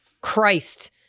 Christ